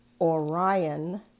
Orion